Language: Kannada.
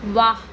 ವಾಹ್